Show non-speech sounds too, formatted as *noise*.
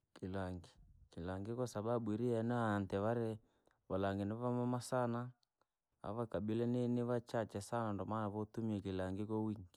Kilangi, kilangi kwasababu iri ieneo hantu vanii, valangii nivawamema sanaa, ava makabila yingi nivachache sana ndo maana vatumila kilangi kwa. *hesitation*